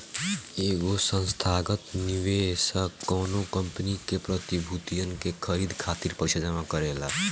एगो संस्थागत निवेशक कौनो कंपनी के प्रतिभूतियन के खरीदे खातिर पईसा जमा करेला